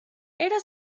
era